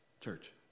church